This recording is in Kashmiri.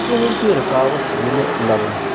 کٕہٕنۍ تہِ رُکاوٹھ یی نہٕ لَبنہٕ